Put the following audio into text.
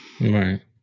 Right